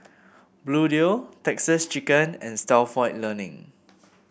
Bluedio Texas Chicken and Stalford Learning